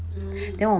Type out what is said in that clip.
mmhmm